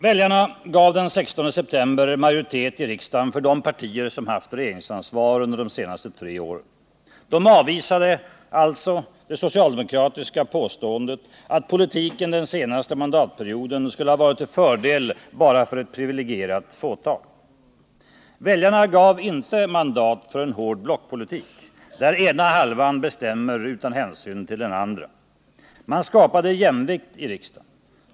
Väljarna gav den 16 september majoritet i riksdagen för de partier som haft regeringsansvar under de senaste tre åren. De avvisade alltså det socialdemokratiska påståendet att politiken den senaste mandatperioden skulle ha varit till fördel bara för ett privilegierat fåtal. Väljarna gav inte mandat för en hård blockpolitik, där ena halvan bestämmer utan hänsyn till den andra. Man skapade jämvikt i riksdagen.